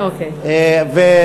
מה,